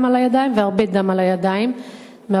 על הידיים ומי שיש לו הרבה דם על הידיים,